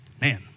Man